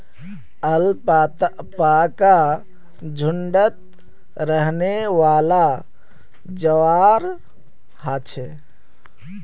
alpaca झुण्डत रहनेवाला जंवार ह छे